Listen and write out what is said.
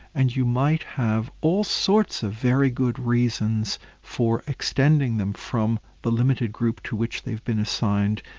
and you might have all sorts of very good reasons for extending them from the limited group to which they've been assigned,